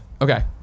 okay